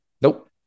Nope